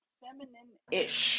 feminine-ish